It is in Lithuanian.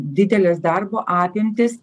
didelės darbo apimtys